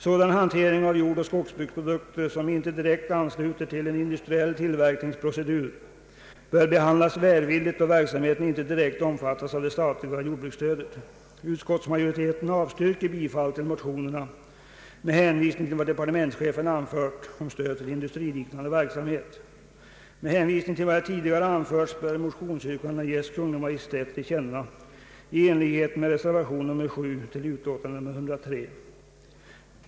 Sådan hantering av jordoch skogsbruksprodukter som inte direkt ansluter till en industriell tillverkningsprocedur bör behandlas välvilligt då verksamheten inte direkt omfattas av det statliga jordbruksstödet. Utskottsmajoriteten avstyrker bifall till motionerna med hänvisning till vad departementschefen anfört om stöd till industriliknande verksamhet. Med hänvisning till vad tidigare anförts bör motionsyrkandena ges Kungl. Maj:t till känna i enlighet med reservation 7 till statsutskottets utlåtande nr 103.